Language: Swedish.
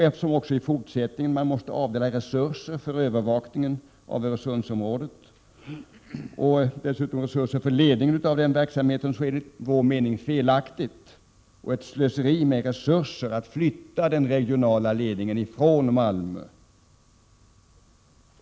Eftersom det även i fortsättningen måste avdelas resurser för övervakning av Öresundsområdet och för ledning av denna verksamhet, är det enligt vår mening felaktigt och ett slöseri med resurser att flytta den regionala ledningen för den södra regionen från Malmö.